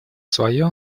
свое